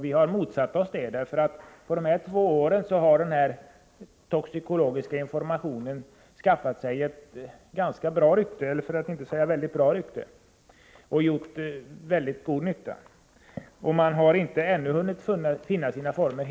Vi har motsatt oss detta, eftersom den toxikologiska informationen under de här två åren har skaffat sig ett mycket bra rykte och gjort god nytta. Den toxikologiska informationen har ännu inte helt och hållet funnit sina former.